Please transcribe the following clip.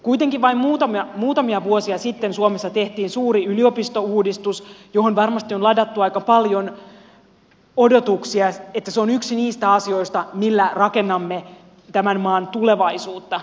kuitenkin vain muutamia vuosia sitten suomessa tehtiin suuri yliopistouudistus johon varmasti on ladattu aika paljon odotuksia siinä että se on yksi niistä asioista joilla rakennamme tämän maan tulevaisuutta